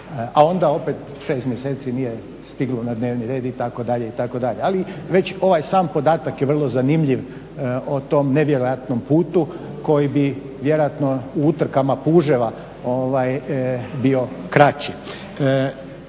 a onda opet 6 mjeseci nije stiglo na dnevni red itd., itd. Ali već ovaj sam podatak je vrlo zanimljiv o tom nevjerojatnom putu koji bi vjerojatno u utrkama puževa bio kraći.